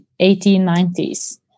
1890s